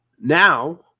now